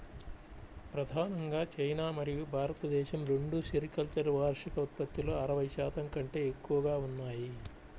ప్రధానంగా చైనా మరియు భారతదేశం రెండూ సెరికల్చర్ వార్షిక ఉత్పత్తిలో అరవై శాతం కంటే ఎక్కువగా ఉన్నాయి